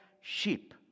sheep